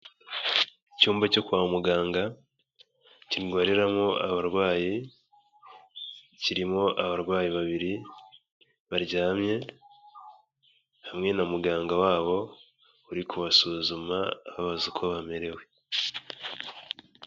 Icyumba cyo kwa muganga kirwariramo abarwayi, kirimo abarwayi babiri baryamye hamwe na muganga wabo uri kubasuzuma ababaza uko bamerewe.